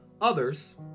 others